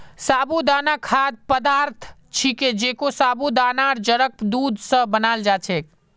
साबूदाना खाद्य पदार्थ छिके जेको साबूदानार जड़क दूध स बनाल जा छेक